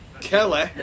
Kelly